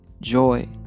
Joy